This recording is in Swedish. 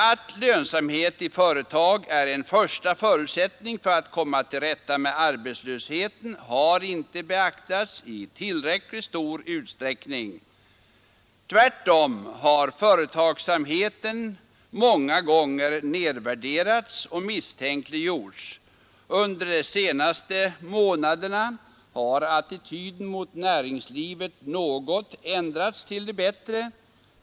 Att lönsamhet i företagen är en första förutsättning för att man skall komma till rätta med arbetslösheten har inte beaktats i tillräckligt stor utsträckning. Tvärtom har företagsamheten många gånger nedvärderats och misstänkliggjorts. Under de senaste månaderna har attityden mot näringslivet något ändrats till det bättre.